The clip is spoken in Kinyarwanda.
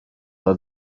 uwa